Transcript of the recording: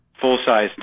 full-size